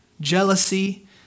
jealousy